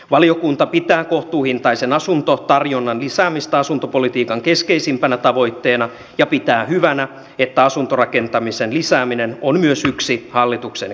valiokunta pitää kohtuuhintaisen asuntotarjonnan lisäämistä asuntopolitiikan keskeisimpänä tavoitteena ja pitää hyvänä että asuntorakentamisen lisääminen on myös yksi hallituksen kärkihankkeista